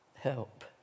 Help